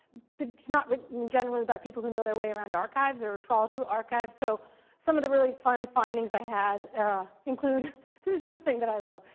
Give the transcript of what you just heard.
not written generally by people who know their way around archives or trawl through archives. so some of the really fun findings i had include this is just a thing that i love.